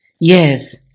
yes